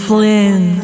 Flynn